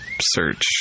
search